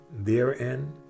therein